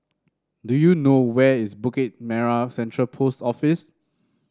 do you know where is Bukit Merah Central Post Office